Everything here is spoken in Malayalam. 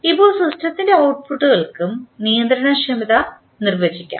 ഇപ്പോൾ സിസ്റ്റത്തിൻറെ ഔട്ട്പുട്ടുകൾക്കും നിയന്ത്രണക്ഷമത നിർവചിക്കാം